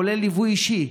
כולל ליווי אישי.